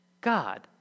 God